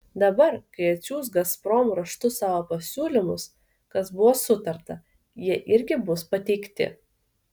dabar kai atsiųs gazprom raštu savo pasiūlymus kas buvo sutarta irgi jie bus pateikti